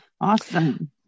awesome